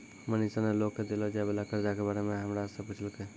मनीषा ने लोग के देलो जाय वला कर्जा के बारे मे हमरा से पुछलकै